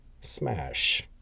Smash